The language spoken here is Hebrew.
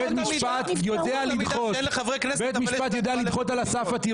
בית משפט יודע לדחות עתירות על הסף.